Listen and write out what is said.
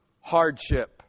hardship